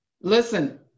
Listen